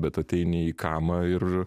bet ateini į kamą ir